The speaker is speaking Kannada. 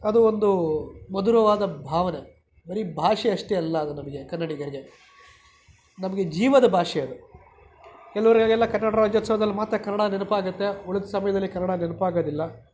ಅದು ಒಂದು ಮಧುರವಾದ ಭಾವನೆ ಬರೀ ಭಾಷೆ ಅಷ್ಟೇ ಅಲ್ಲ ಅದು ನಮಗೆ ಕನ್ನಡಿಗರಿಗೆ ನಮಗೆ ಜೀವದ ಭಾಷೆ ಅದು ಕೆಲವ್ರಿಗೆಲ್ಲ ಕನ್ನಡ ರಾಜ್ಯೋತ್ಸವ್ದಲ್ಲಿ ಮಾತ್ರ ಕನ್ನಡ ನೆನಪಾಗುತ್ತೆ ಉಳಿದ ಸಮಯದಲ್ಲಿ ಕನ್ನಡ ನೆನಪಾಗೋದಿಲ್ಲ